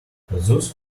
those